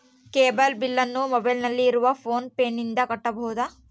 Cable ಬಿಲ್ಲನ್ನು ಮೊಬೈಲಿನಲ್ಲಿ ಇರುವ ಫೋನ್ ಪೇನಿಂದ ಕಟ್ಟಬಹುದಾ?